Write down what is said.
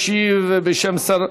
ישיב בשם שר,